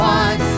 one